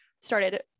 started